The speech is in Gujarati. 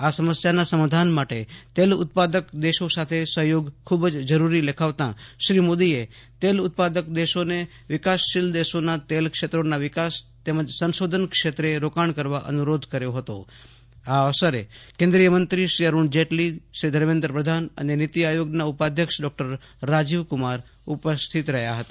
આ સમસ્યાના સમાધાન માટે તેલ ઉત્પાદક દેશો સાથે સહયોગ ખુબ જ જરૂરી લેખાવતા શ્રી મોદી એ તેલ ઉત્પાદક દેશોને વિકાસશીલદેશોના તેલ ક્ષેત્રોના વિકાસ તેમજ સંશોધન ક્ષેત્રે રોકાણ કરવા અનુરોધ કર્યો હતો આ અવસરે કેન્દ્રીય મંત્રી અરુણ જેટલી ધર્મેન્દ્ર પ્રધાન અને નીતિ આયોગના ઉપાધ્યક્ષ ડોક્ટર રાજીવ કુમાર ઉપસ્થિત હતા